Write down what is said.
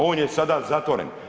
On je sada zatvore.